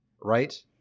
right